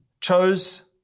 chose